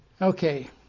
Okay